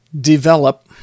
develop